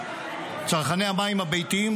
צרכני המים הביתיים,